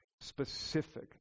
specific